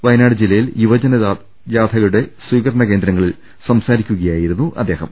വയനാട് ജില്ലയിൽ യുവജന ജാഥയുടെ സ്വീകരണ കേന്ദ്രങ്ങളിൽ സംസാരിക്കുകയായിരുന്നു അദ്ദേഹം